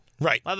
Right